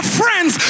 friends